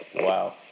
Wow